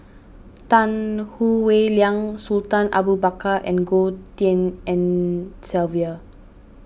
Tan Howe Liang Sultan Abu Bakar and Goh Tshin En Sylvia